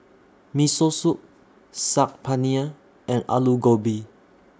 Miso Soup Saag Paneer and Alu Gobi